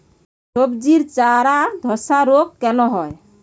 সবজির চারা ধ্বসা রোগ কেন হয়?